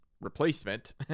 replacement